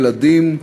ילדים,